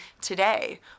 today